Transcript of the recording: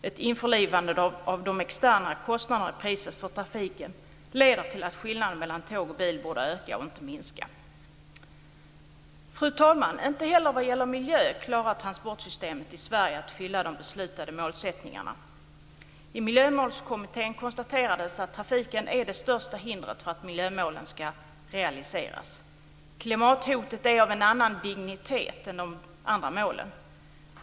Ett införlivande av de externa kostnaderna i priset för trafiken leder till att skillnaden mellan tåg och bil borde öka och inte minska. Fru talman! Inte heller när det gäller miljön klarar transportsystemet i Sverige att uppfylla de beslutade målsättningarna. I Miljömålskommittén konstaterades att trafiken är det största hindret för att miljömålen ska realiseras. Klimathotet är av en annan dignitet än de andra hoten.